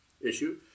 issue